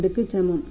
02 க்கு சமம்